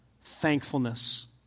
thankfulness